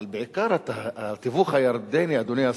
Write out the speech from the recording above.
אבל בעיקר התיווך הירדני, אדוני השר,